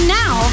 now